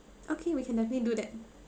okay we can definitely do that